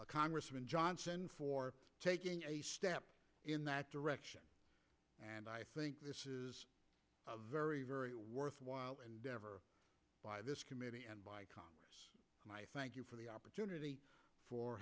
congressman johnson for taking a step in that direction and i think this is a very very worthwhile endeavor by this committee and by congress and i thank you for the opportunity for